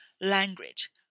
language